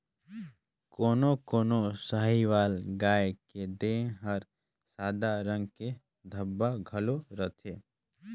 कोनो कोनो साहीवाल गाय के देह हर सादा रंग के धब्बा घलो रहथे